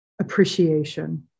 appreciation